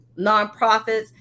nonprofits